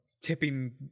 tipping